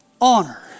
honor